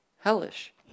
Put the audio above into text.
hellish